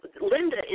Linda